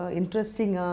interesting